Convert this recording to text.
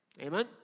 Amen